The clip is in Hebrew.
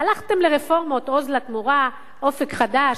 הלכתם לרפורמות "עוז לתמורה", "אופק חדש".